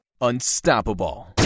Unstoppable